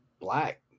black